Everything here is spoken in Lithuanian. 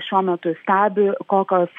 šiuo metu stebi kokios